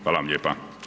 Hvala vam lijepa.